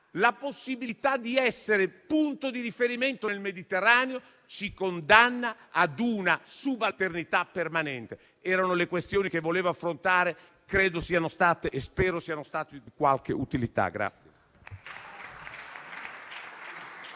la possibilità di essere punto di riferimento nel Mediterraneo, ci condanna ad una subalternità permanente. Erano le questioni che voleva affrontare. Credo e spero siano state di qualche utilità.